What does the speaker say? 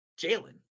Jalen